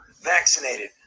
vaccinated